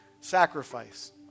sacrifice